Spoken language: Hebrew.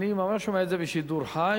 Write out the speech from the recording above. אני ממש שומע את זה בשידור חי,